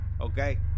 Okay